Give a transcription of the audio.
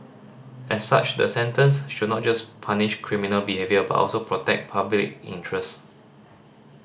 as such the sentence should not just punish criminal behaviour but also protect public interest